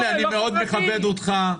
הנה, אני מאוד מכבד אותך.